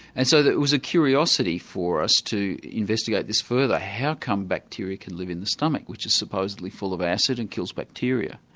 and so it was a curiosity for us to investigate this further. how come bacteria could live in the stomach which is supposedly full of acid and kills bacteria?